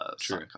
True